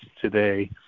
today